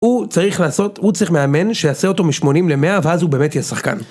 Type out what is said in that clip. הוא צריך לעשות, הוא צריך מאמן שיעשה אותו מ-80 ל-100 ואז הוא באמת יהיה שחקן.